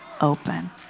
open